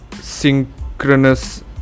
synchronous